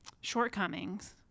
shortcomings